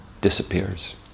disappears